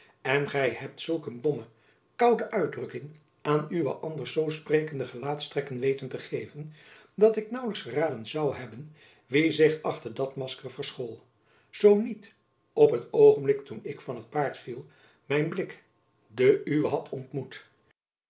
en gy hebt zulk een domme koude uitdrukking aan uwe anders zoo sprekende gelaatstrekken weten te geven dat ik naauwlijks geraden zoû hebben wie zich achter dat masker verschool zoo niet op het oogenblik toen ik van t paard viel mijn blik den uwe had ontmoet